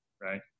right